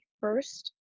First